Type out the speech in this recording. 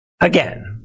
again